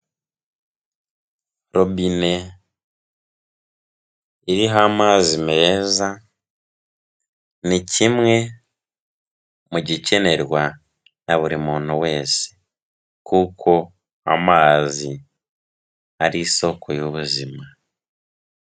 Robine iriho amazi meza, ni kimwe mugikenerwa na buri muntu wese, kuko amazi ari isoko y'ubuzima.